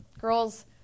Girls